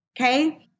Okay